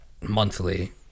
monthly